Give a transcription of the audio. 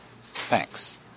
Thanks